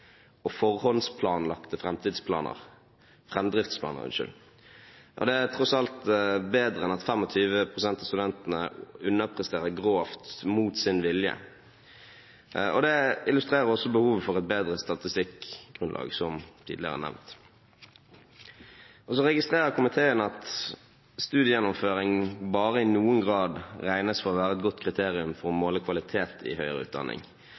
og forhåndsplanlagte framdriftsplaner. Det er tross alt bedre enn at 25 pst. av studentene underpresterer grovt mot sin vilje. Dette illustrerer også behovet for et bedre statistikkgrunnlag, som tidligere nevnt. Komiteen registrerer at studiegjennomføring bare i noen grad regnes for å være et godt kriterium for å måle kvalitet i høyere utdanning.